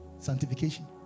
Sanctification